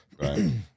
Right